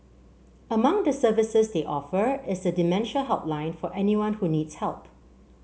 among the services they offer is a dementia helpline for anyone who needs help